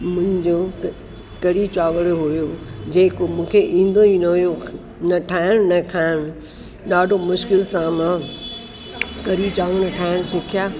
मुंहिंजो कढ़ी चांवर हुओ जेको मूंखे इंदो ई न हुओ न ठाहिण न खाइणु ॾाढो मुश्किल सां मां कढ़ी चांवर ठाहिणु सिखिया